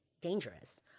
dangerous